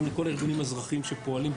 גם לכל הארגונים האזרחיים שפועלים,